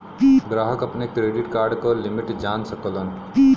ग्राहक अपने credit card क लिमिट जान सकलन